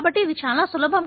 కాబట్టి ఇది చాలా సులభం